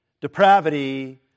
depravity